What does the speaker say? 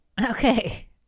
Okay